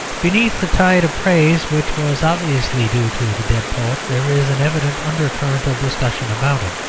beneath the tide of praise which was obviously due to the dead poet, there is an evident undercurrent of discussion about him